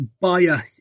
bias